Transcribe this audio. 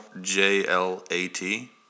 J-L-A-T